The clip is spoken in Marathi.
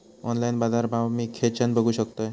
ऑनलाइन बाजारभाव मी खेच्यान बघू शकतय?